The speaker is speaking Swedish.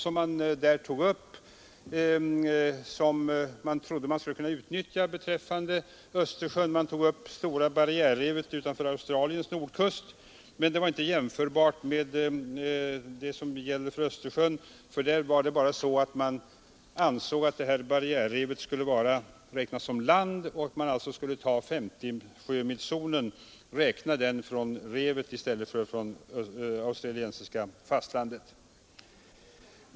Man tog som ett exempel — tämligen misslyckat — Stora Barriärrevet utanför Australiens nordkust, men det var inte jämförbart med Östersjön. Enligt en specialregel skulle Barriärrevet räknas som land och den skyddade zonen om 50 sjömil därför skulle räknas från revet i stället för från australiensiska fastlandet.